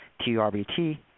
TURBT